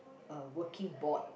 uh working board